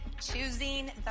Choosing